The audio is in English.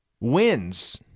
wins